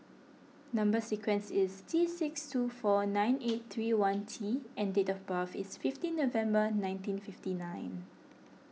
Number Sequence is T six two four nine eight three one T and date of birth is fifteen November nineteen fifty nine